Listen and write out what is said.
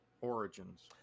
Origins